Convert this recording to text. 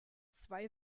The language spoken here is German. zwei